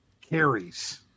carries